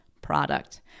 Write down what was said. product